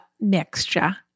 mixture